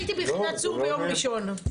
הייתי ביחידת צור ביום ראשון.